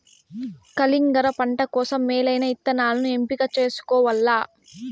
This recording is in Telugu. కలింగర పంట కోసం మేలైన ఇత్తనాలను ఎంపిక చేసుకోవల్ల